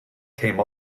came